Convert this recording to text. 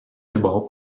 überhaupt